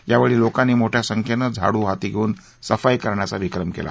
यावेळी लोकांनी मोठ्या संख्येनं झाडू हाती घेऊन सफाई करण्याचा विक्रम केला